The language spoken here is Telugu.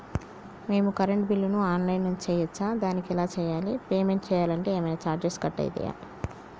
మేము కరెంటు బిల్లును ఆన్ లైన్ నుంచి చేయచ్చా? దానికి ఎలా చేయాలి? పేమెంట్ చేయాలంటే ఏమైనా చార్జెస్ కట్ అయితయా?